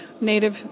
Native